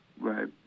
Right